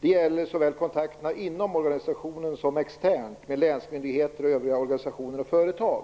Det gäller såväl kontakterna inom organisationen som externt med länsmyndigheter och övriga organisationer och företag."